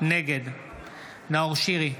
נגד נאור שירי,